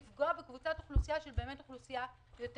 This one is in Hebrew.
לפגוע בקבוצת אוכלוסייה שהיא באמת חזקה יותר.